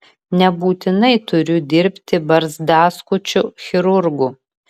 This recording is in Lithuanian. nebūtinai turiu dirbti barzdaskučiu chirurgu